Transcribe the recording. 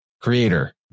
creator